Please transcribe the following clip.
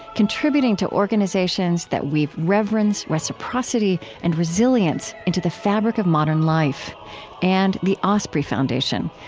contributing to organizations that weave reverence, reciprocity, and resilience into the fabric of modern life and the osprey foundation,